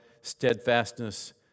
steadfastness